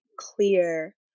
clear